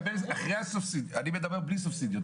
אני מדבר בלי סובסידיות,